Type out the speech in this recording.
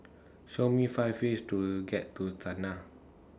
Show Me five ways to get to Sanaa